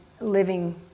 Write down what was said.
living